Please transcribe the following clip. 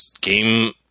game